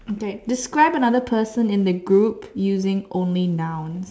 okay describe another person in the group using only noun